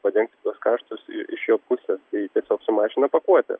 padengti tuos kaštus iš jo pusės tai tiesiog sumažina pakuotę